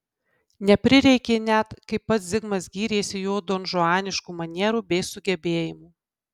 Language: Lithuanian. neprireikė net kaip pats zigmas gyrėsi jo donžuaniškų manierų bei sugebėjimų